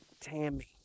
Tammy